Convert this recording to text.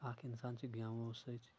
اکھ انسان چھُ گیمو سۭتۍ